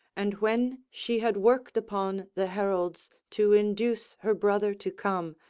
and when she had worked upon the heralds to induce her brother to come,